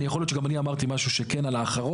יכול להיות שגם אני אמרתי משהו שכן על האחרון.